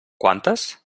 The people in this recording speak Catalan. quantes